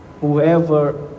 Whoever